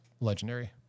legendary